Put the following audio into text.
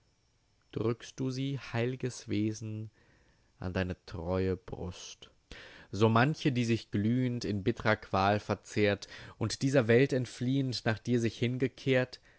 drückst du sie heilges wesen an deine treue brust so manche die sich glühend in bittrer qual verzehrt und dieser welt entfliehend nur dir sich zugekehrt